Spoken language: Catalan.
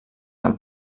del